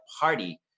party